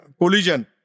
Collision